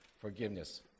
forgiveness